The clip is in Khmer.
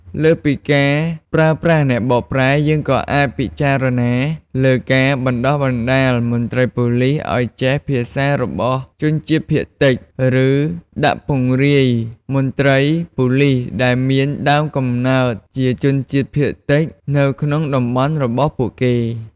លើសពីការប្រើប្រាស់អ្នកបកប្រែ យើងក៏អាចពិចារណាលើការបណ្ដុះបណ្ដាលមន្ត្រីប៉ូលិសឱ្យចេះភាសារបស់ជនជាតិភាគតិច ឬដាក់ពង្រាយមន្ត្រីប៉ូលិសដែលមានដើមកំណើតជាជនជាតិភាគតិចនៅក្នុងតំបន់របស់ពួកគេ។